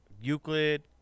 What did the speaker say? Euclid